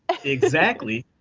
and exactly.